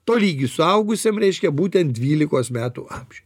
tolygi suaugusiam reiškia būtent dvylikos metų amžiuj